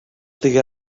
digué